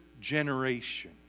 generation